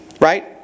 right